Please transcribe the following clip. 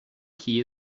key